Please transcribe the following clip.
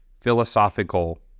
philosophical